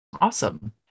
awesome